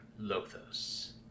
Lothos